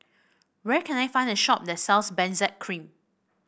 where can I find a shop that sells Benzac Cream